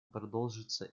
продолжится